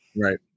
Right